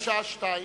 השעה 14:00,